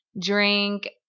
drink